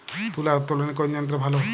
তুলা উত্তোলনে কোন যন্ত্র ভালো?